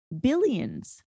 Billions